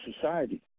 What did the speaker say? society